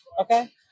Okay